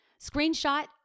Screenshot